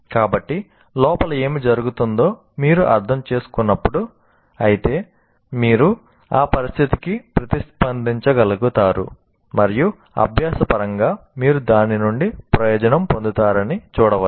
కాబట్టి లోపల ఏమి జరుగుతుందో మీరు అర్థం చేసుకున్నప్పుడు అయితే మీరు ఆ పరిస్థితికి ప్రతిస్పందించగలుగుతారు మరియు అభ్యాస పరంగా మీరు దాని నుండి ప్రయోజనం పొందుతారని చూడవచ్చు